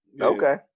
Okay